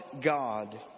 God